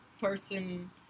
person